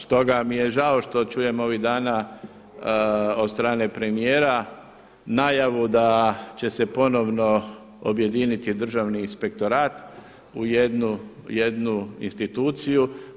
Stoga mi je žao što čujem ovih dana od strane premijera najavu da će se ponovno objediniti Državni inspektorat u jednu instituciju.